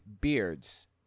beards